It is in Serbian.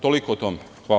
Toliko o tome.